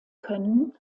können